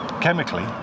chemically